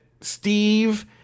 steve